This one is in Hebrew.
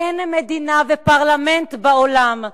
אין מדינה ופרלמנט בעולם,